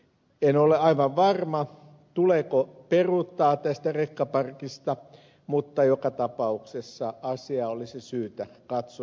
en ole aivan varma tuleeko peruuttaa tästä rekkaparkista mutta joka tapauksessa asiaa olisi syytä katsoa